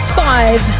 five